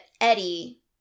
Eddie